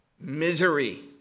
misery